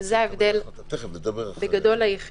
אבל בגדול זה ההבדל היחידי.